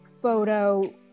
photo